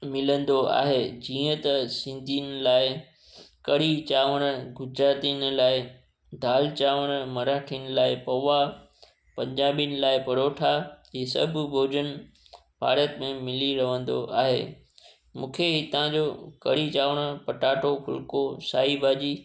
मिलंदो आहे जीअं त सिंधीयुनि लाइ कढ़ी चांवर गुजरातियुनि लाइ दाल चांवर मराठियुनि लाइ पऊआ पंजाबियुनि लाइ परोठा ई सभु भोजन भारत में मिली रहंदो आहे मूंखे हितां जो कढ़ी चांवर पटाटो फुल्को साई भाॼी